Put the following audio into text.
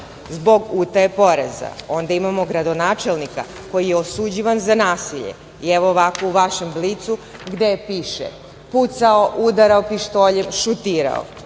zbog utaje poreza, onda imamo gradonačelnika koji je osuđivan za nasilje i evo ovako u vašem „Blicu“ gde piše - pucao, udarao pištoljem, šutirao